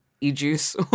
E-juice